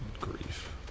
grief